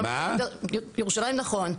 ירושלים נכון.